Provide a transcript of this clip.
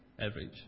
average